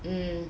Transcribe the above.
mm